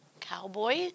cowboy